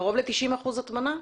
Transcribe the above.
קרוב ל-90% הטמנה?